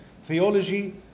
theology